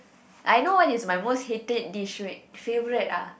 I know what is my most hated dish wait favourite ah